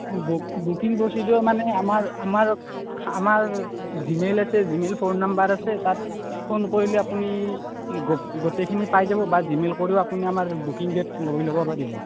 বু বুকিং প্ৰচিড্যৰ মানে আমাৰ আমাৰ জি মেইল জি মেইল আছে ফোন নাম্বাৰ আছে তাত ফোন কৰিলে আপুনি গো গোটেইখিনি পাই যাব বা জি মেইল কৰিও আমাৰ বুকিং ডেট লৈ ল'ব পাৰিব